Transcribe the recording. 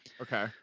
Okay